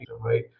right